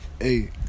Hey